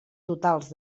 totals